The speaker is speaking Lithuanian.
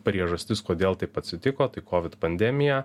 priežastis kodėl taip atsitiko tai covid pandemija